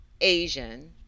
Asian